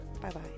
bye-bye